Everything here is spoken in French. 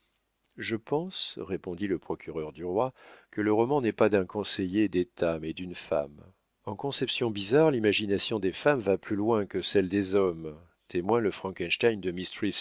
je pense répondit le procureur du roi que le roman n'est pas d'un conseiller d'état mais d'une femme en conceptions bizarres l'imagination des femmes va plus loin que celle des hommes témoin le frankenstein de